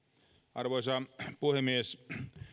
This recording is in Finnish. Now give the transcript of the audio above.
arvoisa puhemies